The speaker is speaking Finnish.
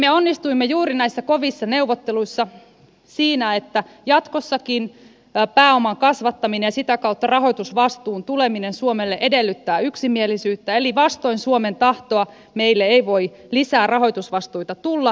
me onnistuimme juuri näissä kovissa neuvotteluissa siinä että jatkossakin pääoman kasvattaminen ja sitä kautta rahoitusvastuun tuleminen suomelle edellyttää yksimielisyyttä eli vastoin suomen tahtoa meille ei voi lisää rahoitusvastuita tulla